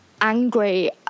angry